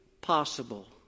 possible